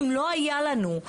אם לא היה לנו,